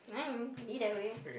fine be that way